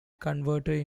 converted